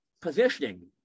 Positioning